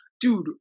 dude